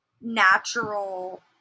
natural